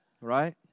Right